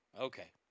Okay